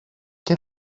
και